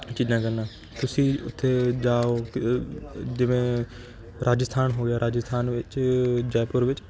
ਚੀਜ਼ਾਂ ਕਰਨਾ ਤੁਸੀਂ ਉੱਥੇ ਜਾਓ ਕ ਜਿਵੇਂ ਰਾਜਸਥਾਨ ਹੋ ਗਿਆ ਰਾਜਸਥਾਨ ਵਿੱਚ ਜੈਪੁਰ ਵਿੱਚ